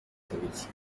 tariki